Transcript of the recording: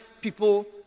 people